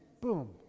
boom